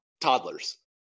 toddlers